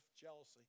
jealousy